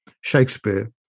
Shakespeare